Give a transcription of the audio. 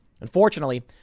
Unfortunately